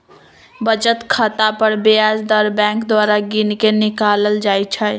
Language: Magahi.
बचत खता पर ब्याज दर बैंक द्वारा गिनके निकालल जाइ छइ